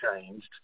changed